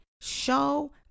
show